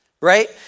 Right